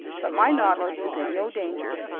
but my nautilus is in no danger.